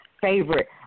favorite